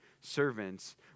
servants